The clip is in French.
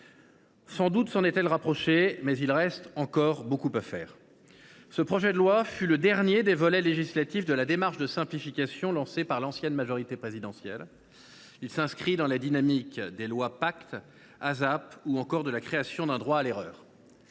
Sans doute s’en est il rapproché, mais il reste encore beaucoup à faire. Ce projet de loi est le dernier des volets législatifs de la démarche de simplification lancée par l’ancienne majorité présidentielle. Il s’inscrit dans la dynamique de la loi du 22 mai 2019 relative à la croissance et